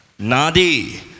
Nadi